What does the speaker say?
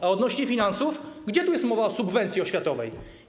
A odnośnie do finansów, gdzie tu jest mowa o subwencji oświatowej?